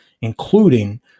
including